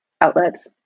outlets